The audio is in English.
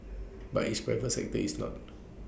but its private sector is not